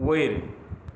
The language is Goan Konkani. वयर